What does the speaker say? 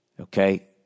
Okay